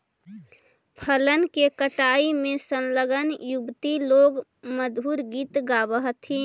फसल के कटाई में संलग्न युवति लोग मधुर गीत गावऽ हथिन